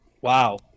Wow